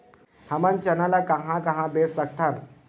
हमन चना ल कहां कहा बेच सकथन?